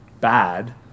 bad